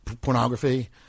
pornography